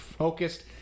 focused